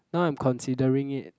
now I'm considering it